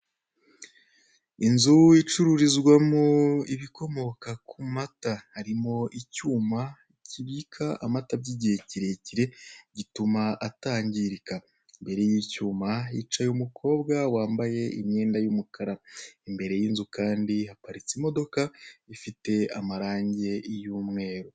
Inzu icururizwamo ibikomoka ku mata, harimo icyuma kibika amata by'igi kirekire gituma atangirika, imbere y'icyuma hicaye umukobwa wambaye imyenda y'umukara, imbere y'inzu kandi haparitse imodoka ifite amarange y'umweru.